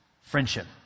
friendship